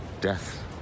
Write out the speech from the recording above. Death